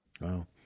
Wow